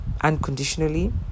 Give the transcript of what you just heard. unconditionally